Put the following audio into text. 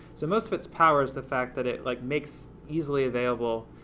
so most of its power is the fact that it like makes easily available,